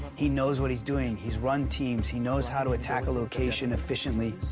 he knows what he's doing. he's run teams. he knows how to attack a location efficiently.